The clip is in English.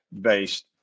based